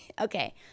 Okay